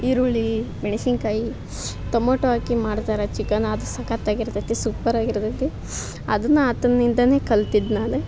ಈರುಳ್ಳಿ ಮೆಣ್ಸಿನಕಾಯಿ ತೊಮ್ಯಾಟೋ ಹಾಕಿ ಮಾಡ್ತಾರೆ ಚಿಕನ್ ಅದು ಸಖತಾಗಿ ಇರ್ತೈತಿ ಸುಪ್ಪರ್ ಆಗಿ ಇರ್ತೈತಿ ಅದನ್ನ ಆತನಿಂದಾನೆ ಕಲ್ತಿದ್ದು ನಾನು